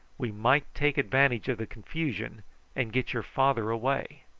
we might take advantage of the confusion and get your father away.